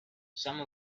some